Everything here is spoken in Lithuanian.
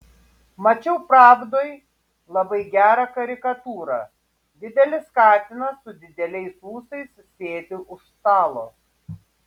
mačiau pravdoj labai gerą karikatūrą didelis katinas su dideliais ūsais sėdi už stalo